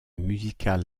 musical